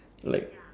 like